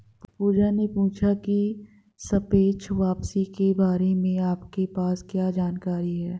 पूजा ने पूछा की सापेक्ष वापसी के बारे में आपके पास क्या जानकारी है?